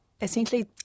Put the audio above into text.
essentially